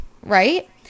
right